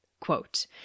Quote